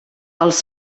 els